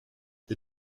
the